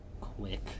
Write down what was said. quick